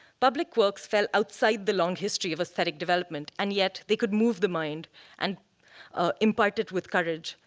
public works fell outside the long history of aesthetic development, and yet they could move the mind and impact it with courage.